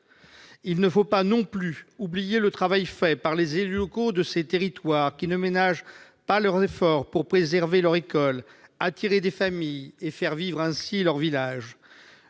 Il ne faut pas non plus oublier le travail accompli par les élus locaux de ces territoires, qui ne ménagent pas leurs efforts pour préserver leurs écoles, attirer des familles et faire vivre ainsi leurs villages.